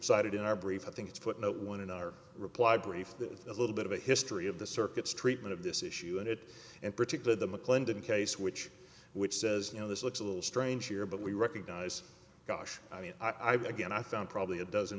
cited in our brief i think it's footnote one in our reply brief that a little bit of a history of the circuits treatment of this issue and it in particular the mclendon case which which says you know this looks a little strange here but we recognize gosh i mean i've again i found probably a dozen